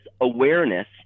awareness